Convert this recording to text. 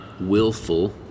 willful